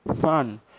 fun